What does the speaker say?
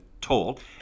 told